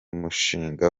mushinga